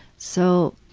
so